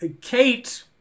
Kate